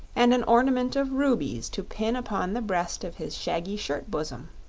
and an ornament of rubies to pin upon the breast of his shaggy shirt-bosom.